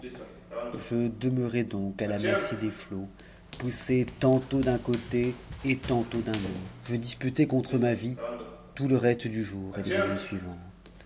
je demeurai donc à la merci des flots poussé tantôt d'un côte et tantôt d'un autre je disputai contre eux ma vie tout le reste du jour et la nuit suivante